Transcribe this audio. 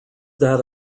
that